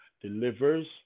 delivers